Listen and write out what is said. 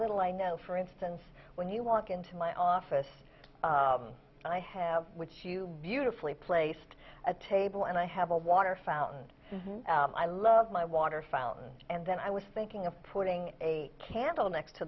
little i know for instance when you walk into my office and i have which you beautifully placed a table and i have a water fountain i love my water fountain and then i was thinking of putting a candle next to